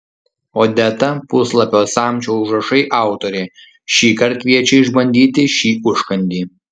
odeta puslapio samčio užrašai autorė šįkart kviečia išbandyti šį užkandį